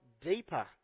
deeper